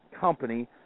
company